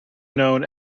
known